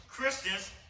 Christians